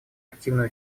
активное